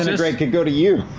could go to you.